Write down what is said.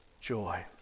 joy